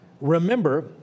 Remember